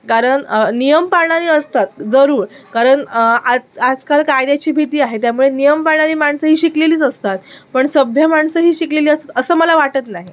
कारण नियम पाळणारी असतात जरूर कारण आज आजकाल कायद्याची भीती आहे त्यामुळे नियम पाळणारी माणसं ही शिकलेलीच असतात पण सभ्य माणसं ही शिकलेली असतात असं मला वाटत नाही